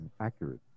accurate